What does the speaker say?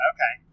Okay